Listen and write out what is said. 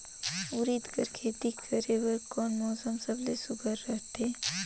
उरीद कर खेती करे बर कोन मौसम सबले सुघ्घर रहथे?